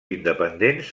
independents